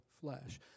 flesh